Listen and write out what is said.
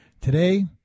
today